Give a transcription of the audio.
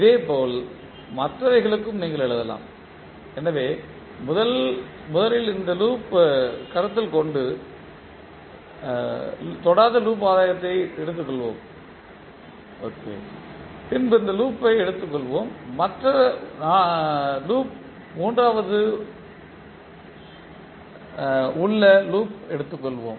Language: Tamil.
இதேபோல் மற்றவைகளுக்கும் நீங்கள் எழுதலாம் எனவே முதலில் இந்த லூப் கருத்தில் கொண்டு தொடாத லூப் ஆதாயத்தை எடுத்துக்கொள்வோம் பின்பு இந்த லூப் எடுத்துக்கொள்வோம் மற்ற லூப் மூன்றாவது உள்ள லூப் எடுத்துக்கொள்வோம்